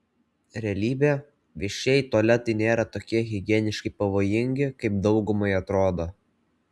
realybė viešieji tualetai nėra tokie higieniškai pavojingi kaip daugumai atrodo